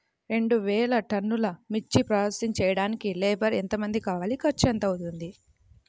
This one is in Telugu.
రెండు వేలు టన్నుల మిర్చి ప్రోసెసింగ్ చేయడానికి లేబర్ ఎంతమంది కావాలి, ఖర్చు ఎంత అవుతుంది?